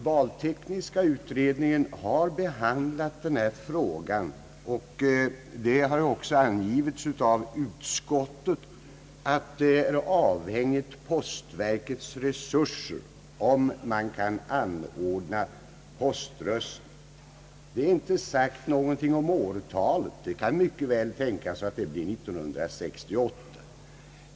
Valtekniska utredningen har behandlat frågan och funnit, såsom också angivits av utskottet att det är avhängigt av postverkets resurser om man kan anordna poströstning vid kriminalvårdens anstalter. Man har inte sagt någonting om årtalet. Det kan mycket väl tänkas att det blir 1968.